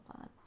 on